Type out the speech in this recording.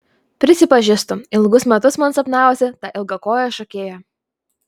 prisipažįstu ilgus metus man sapnavosi ta ilgakojė šokėja